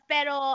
Pero